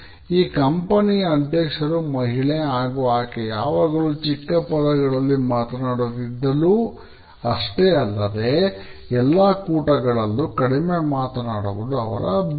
ಈ ಕಂಪನಿಯ ಅಧ್ಯಕ್ಷರು ಮಹಿಳೆ ಹಾಗೂ ಈಕೆ ಯಾವಾಗಲೂ ಚಿಕ್ಕ ಪದಗಳಲ್ಲಿ ಮಾತನಾಡುತ್ತಿದಲ್ಲೂ ಅಷ್ಟೇ ಅಲ್ಲದೆ ಎಲ್ಲ ಕೂಟಗಳಲ್ಲಿ ಕಡಿಮೆ ಮಾತನಾಡುವುದು ಅವರ ಅಭ್ಯಾಸ